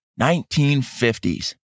1950s